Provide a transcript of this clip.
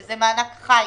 שזה ענק חי,